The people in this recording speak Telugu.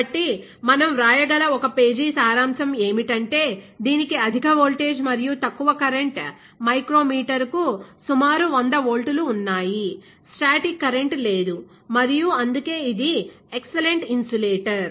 కాబట్టి మనం వ్రాయగల ఒక పేజీ సారాంశం ఏమిటంటే దీనికి అధిక వోల్టేజ్ మరియు తక్కువ కరెంట్ మైక్రోమీటర్కు సుమారు 100 వోల్ట్లు ఉన్నాయి స్టాటిక్ కరెంట్ లేదు మరియు అందుకే ఇది ఎక్స్ల్లెంట్ ఇన్సులేటర్